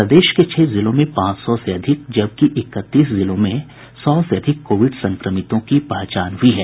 प्रदेश के छह जिलों में पांच सौ से अधिक जबकि इकतीस जिलों में सौ से अधिक कोविड संक्रमितों की पहचान हुई है